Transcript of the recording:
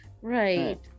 Right